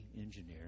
engineer